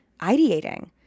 ideating